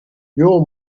your